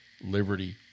liberty